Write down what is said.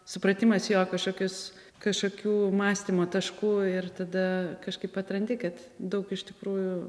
supratimas jo kažkokius kažkokių mąstymo taškų ir tada kažkaip atrandi kad daug iš tikrųjų